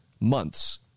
Months